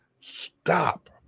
stop